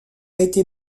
été